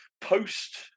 post